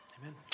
Amen